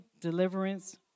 deliverance